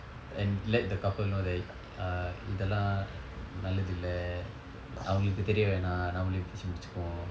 and let the couple know like err இது எல்லாம் நல்லது இல்லை அவங்களுக்கு தெரிய வேண்டாம் நாமளே பேசி முடித்துருவோம்:ithu ellaam nallathu illai avankalukku theriya vaendaam namalae paesi muditthuruvoam